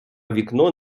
вікно